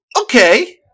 okay